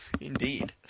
Indeed